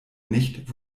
nicht